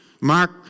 Mark